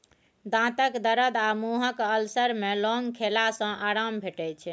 दाँतक दरद आ मुँहक अल्सर मे लौंग खेला सँ आराम भेटै छै